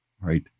right